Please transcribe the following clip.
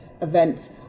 events